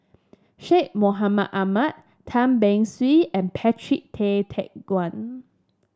Syed Mohamed Ahmed Tan Beng Swee and Patrick Tay Teck Guan